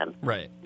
Right